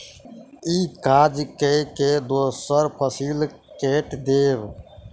ई काज कय के दोसर फसिल कैट देब